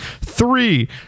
three